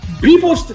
People